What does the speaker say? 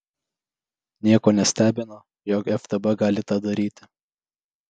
nieko nestebina jog ftb gali tą daryti